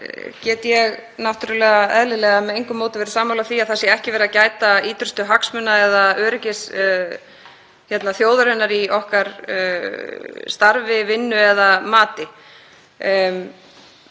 get ég náttúrlega með engu móti verið sammála því að ekki sé verið að gæta ýtrustu hagsmuna eða öryggis þjóðarinnar í okkar starfi, vinnu eða mati.